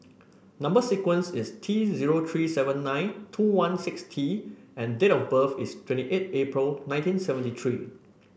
number sequence is T zero three seven nine two one six T and date of birth is twenty eight April nineteen seventy three